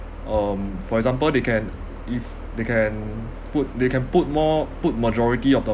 um for example they can if they can put they can put more put majority of the